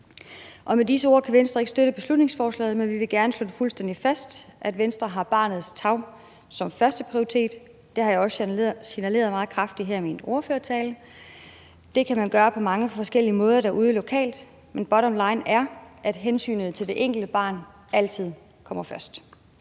Med disse ord kan Venstre ikke støtte beslutningsforslaget, men vi vil gerne slå fuldstændig fast, at Venstre har barnets tarv som førsteprioritet, og det har jeg også signaleret meget kraftigt her i min ordførertale. Det kan man gøre på mange forskellige måder derude lokalt, men bottom line er, at hensynet til det enkelte barn altid kommer først.